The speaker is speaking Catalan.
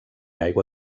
aigua